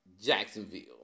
Jacksonville